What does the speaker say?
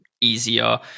easier